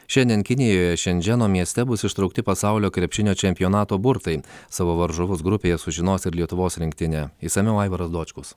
šiandien kinijoje šendženo mieste bus ištraukti pasaulio krepšinio čempionato burtai savo varžovus grupėje sužinos ir lietuvos rinktinę išsamiau aivaras dočkus